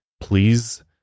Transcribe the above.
Please